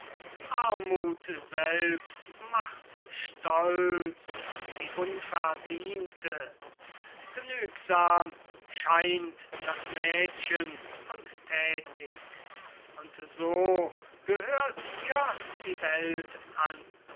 armut selbst macht stolz die unverdiente genügsam scheint das mädchen und tätig und so gehört ihr die welt an